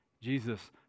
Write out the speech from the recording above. Jesus